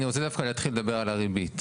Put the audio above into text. אני רוצה דווקא להתחיל לדבר על הריבית.